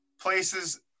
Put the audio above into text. places